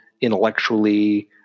intellectually